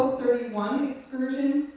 ah thirty one excursion,